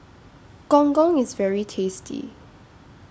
Gong Gong IS very tasty